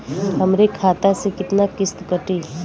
हमरे खाता से कितना किस्त कटी?